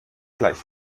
gleich